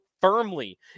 firmly